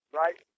right